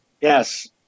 Yes